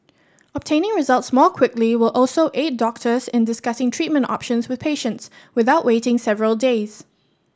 obtaining results more quickly will also aid doctors in discussing treatment options with patients without waiting several days